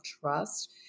trust